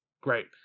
Great